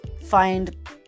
find